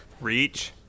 Reach